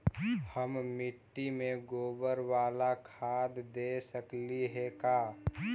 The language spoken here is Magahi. हम मिट्टी में गोबर बाला खाद दे सकली हे का?